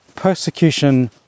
persecution